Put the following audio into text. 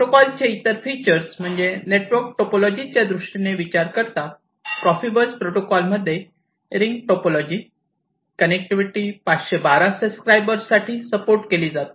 protocol चे इतर features म्हणजे नेटवर्क टोपोलॉजी च्या दृष्टीने विचार करता प्रोफिबस प्रोटोकॉल मध्ये रिंग टोपोलॉजी कनेक्टिविटी 512 सबस्क्राईबर साठी सपोर्ट केली जाते